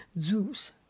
Zeus